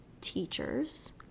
teachers